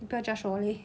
你不要 judge 我 leh